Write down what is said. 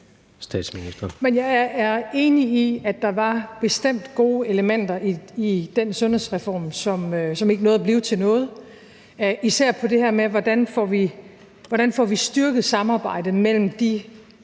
Jeg er enig i, at der bestemt var gode elementer i den sundhedsreform, som ikke nåede at blive til noget, især med hensyn til det her med, hvordan vi får styrket samarbejdet mellem de